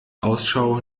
ausschau